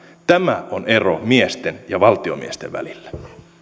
tämä on ero miesten ja valtiomiesten välillä